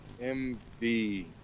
MV